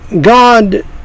God